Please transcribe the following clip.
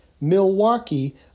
Milwaukee